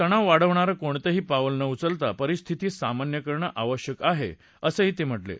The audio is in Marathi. तणाव वाढवणारं कोणतंही पाऊल न उचलता परिस्थिती सामान्य करणं आवश्यक आहे असंही त्यांनी म्हटलंय